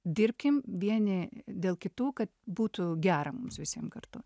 dirbkim vieni dėl kitų kad būtų gera mums visiem kartu